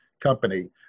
company